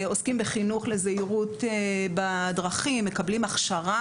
עוסקים בחינוך לזהירות בדרכים ומקבלים הכשרה